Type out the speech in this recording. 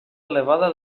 elevada